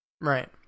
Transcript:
Right